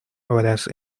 horas